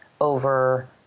over